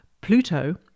Pluto